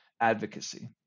advocacy